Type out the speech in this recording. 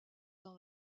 dans